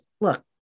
look